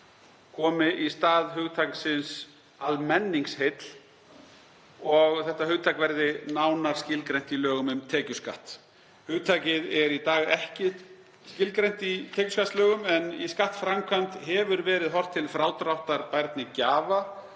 komi í stað hugtaksins ,,almenningsheill“ og verði skilgreint nánar í lögum um tekjuskatt. Hugtakið er í dag ekki skilgreint í tekjuskattslögum en í skattframkvæmd hefur verið horft til frádráttarbærni gjafa